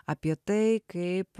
apie tai kaip